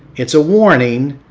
it's a warning,